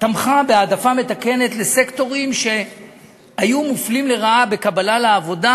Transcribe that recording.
תמכה בהעדפה מתקנת לסקטורים שהיו מופלים לרעה בקבלה לעבודה,